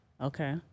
Okay